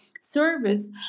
service